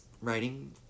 writing